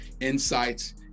insights